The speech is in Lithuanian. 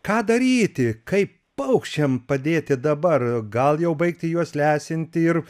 ką daryti kaip paukščiam padėti dabar gal jau baigti juos lesinti ir